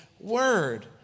word